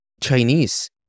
Chinese